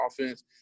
offense